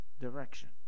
direction